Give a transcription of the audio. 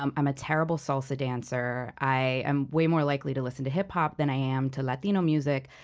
um i'm a terrible salsa dancer. i am way more likely to listen to hip-hop than i am to latino music.